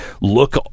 look